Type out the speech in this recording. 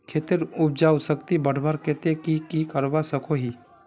खेतेर उपजाऊ शक्ति बढ़वार केते की की करवा सकोहो ही?